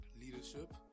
Leadership